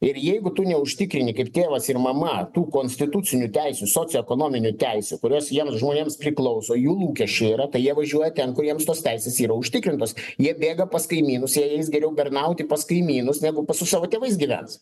ir jeigu tu neužtikrini kaip tėvas ir mama tų konstitucinių teisių socioekonominių teisių kurios tiems žmonėms priklauso jų lūkesčiai yra tai jie važiuoja ten kur jiems tos teisės yra užtikrintos jie bėga pas kaimynus eis geriau bernauti pas kaimynus negu su savo tėvais gyvens